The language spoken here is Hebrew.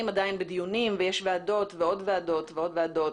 עדיין בדיונים ויש ועדות ועוד ועדות ועוד ועדות.